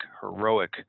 heroic